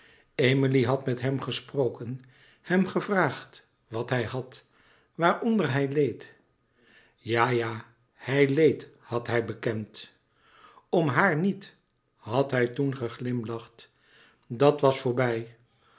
emilie had met hem gesproken hem gevraagd wat hij had waaronder hij leed ja ja hij leed had hij bekend om haar niet had hij toen geglimlacht dat was voorbij